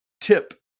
tip